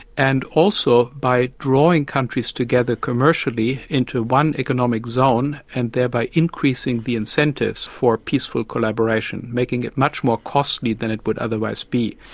and also by drawing countries together commercially into one economic zone and thereby increasing the incentives for peaceful collaboration, making it much more costly than it would otherwise be.